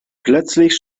plötzlich